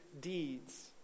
deeds